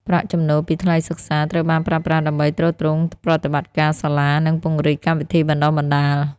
ប្រាក់ចំណូលពីថ្លៃសិក្សា ត្រូវបានប្រើប្រាស់ដើម្បីទ្រទ្រង់ប្រតិបត្តិការសាលា និងពង្រីកកម្មវិធីបណ្តុះបណ្តាល។